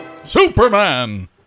superman